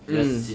mm